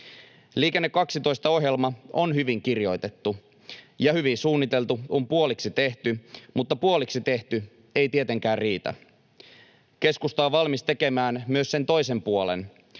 Liikenne 12 ‑ohjelma on hyvin kirjoitettu, ja hyvin suunniteltu on puoliksi tehty, mutta puoliksi tehty ei tietenkään riitä. Keskusta on valmis tekemään myös sen toisen puolen: